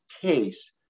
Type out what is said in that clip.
case